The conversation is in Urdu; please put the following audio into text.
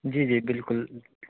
جی جی بالکل